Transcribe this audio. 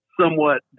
somewhat